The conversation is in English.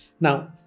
Now